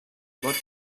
what